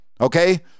okay